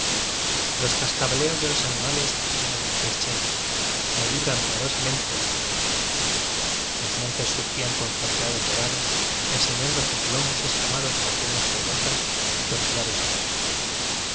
los cascabeleos de los animales tienen un crescendo y me libran piadosa mente del cantar los montes surgían con suavidades doradas enseñando sus lomos escamados con piedras redondas y tomihares obscuros